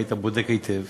היית בודק היטב